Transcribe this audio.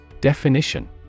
Definition